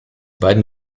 beiden